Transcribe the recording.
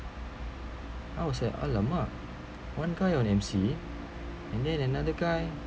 I was like !alamak! one guy on M_C and then another guy